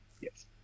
Yes